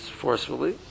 forcefully